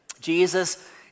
Jesus